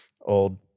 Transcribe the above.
old